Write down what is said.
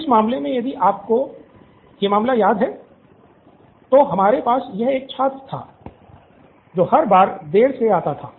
तो इस मामले में यदि आपको यह मामला याद है तो हमारे पास यह छात्र था जो हर बार देर से आता था